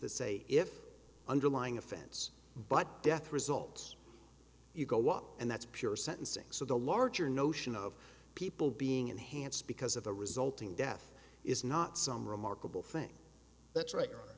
the say if underlying offense but death results you go out and that's pure sentencing so the larger notion of people being enhanced because of the resulting death is not some remarkable thing that's right you're